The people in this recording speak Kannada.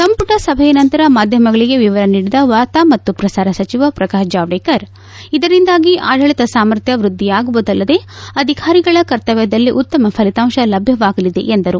ಸಂಪುಟ ಸಭೆಯ ನಂತರ ಮಾಧ್ಯಮಗಳಿಗೆ ವಿವರ ನೀಡಿದ ವಾರ್ತಾ ಮತ್ತು ಪ್ರಸಾರ ಸಚಿವ ಪ್ರಕಾಶ್ ಜಾವಡೇಕರ್ ಇದರಿಂದಾಗಿ ಆಡಳಿತ ಸಾಮರ್ಥ್ಯ ವೃದ್ದಿಯಾಗುವುದಲ್ಲದೆ ಅಧಿಕಾರಿಗಳ ಕರ್ತವ್ಯದಲ್ಲಿ ಉತ್ತಮ ಫಲಿತಾಂಶ ಲಭ್ಯವಾಗಲಿದೆ ಎಂದರು